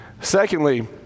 Secondly